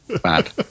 Bad